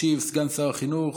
ישיב סגן שר החינוך.